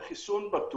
זה חיסון בטוח,